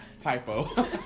Typo